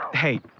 Hey